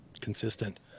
consistent